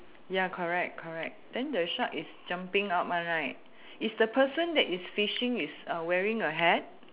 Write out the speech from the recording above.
ya correct correct then the shark is jumping out one right is the person that is fishing is uh wearing a hat